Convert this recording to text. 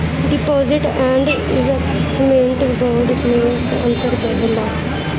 Deposit and investment bond मे का अंतर होला?